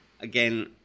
again